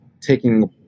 taking